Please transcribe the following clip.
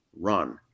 Run